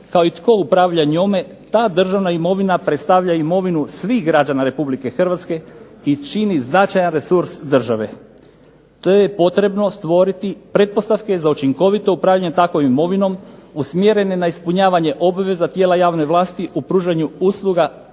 kao i tko upravlja njome, ta državna imovina predstavlja imovinu svih građana Republike Hrvatske i čini značajan resurs države te je potrebno stvoriti pretpostavke za učinkovito upravljanje takvom imovinom, usmjerene na ispunjavanje obveza tijela javne vlasti u pružanju usluga svojim